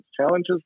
challenges